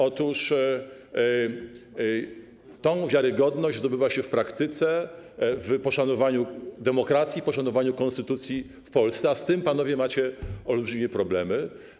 Otóż tę wiarygodność zdobywa się w praktyce dzięki poszanowaniu demokracji, poszanowaniu konstytucji w Polsce, a z tym, panowie, macie olbrzymie problemy.